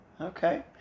okay